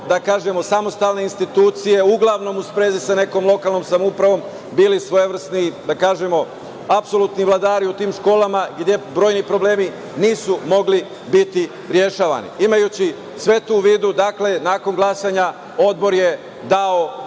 tako kažemo, kao samostalne institucije uglavnom u sprezi sa nekom lokalnom samoupravom bili svojevrsni apsolutni vladari u tim školama, gde brojni problemi nisu mogli biti rešavani. Imajući sve to u vidu, nakon glasanja, odbor je dao